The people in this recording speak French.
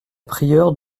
prieure